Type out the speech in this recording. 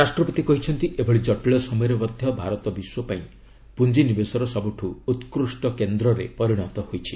ରାଷ୍ଟ୍ରପତି କହିଛନ୍ତି ଏଭଳି କଟିଳ ସମୟରେ ମଧ୍ୟ ଭାରତ ବିଶ୍ୱ ପାଇଁ ପୁଞ୍ଜିନିବେଶର ସବୁଠୁ ଉତ୍କୃଷ୍ଟ କେନ୍ଦ୍ରରେ ପରିଣତ ହୋଇଛି